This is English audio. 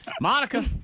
Monica